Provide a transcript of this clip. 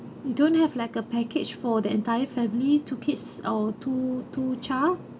you don't have like a package for the entire family two kids or two two child